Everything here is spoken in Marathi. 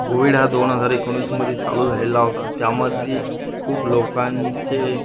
कोविड हा दोन हजार एकोणीसमधे चालू झालेला होता त्यामध्ये खूप लोकांचे